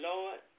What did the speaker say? Lord